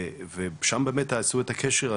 ושם באמת עשו את הקשר הזה.